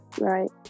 Right